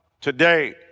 today